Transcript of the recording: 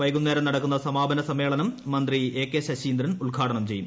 വൈകുന്നേരം നടക്കുന്ന സമാപന സമ്മേളനം മന്ത്രി എ കെ ശശീന്ദ്രൻ ഉദ്ഘാടനം ചെയ്യും